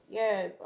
yes